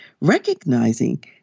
recognizing